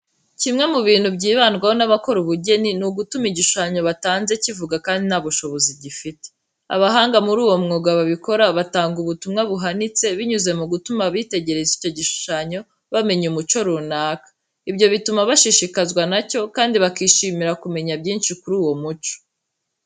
Kimwe mu bintu byibandwaho n'abakora ubugeni, ni ugutuma igishushanyo batanze kivuga kandi nta bushobozi gifite. Abahanga muri uwo mwuga babikora batanga ubumwa buhanitse, binyuriye mu gutuma abitegereza icyo igishushanyo bamenya umuco runaka. Ibyo bituma bashishikazwa na cyo kandi bakishimira kumenya byinshi kuri uwo muco.